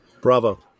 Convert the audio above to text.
Bravo